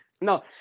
No